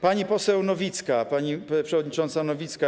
Pani poseł Nowicka, pani przewodnicząca Nowicka.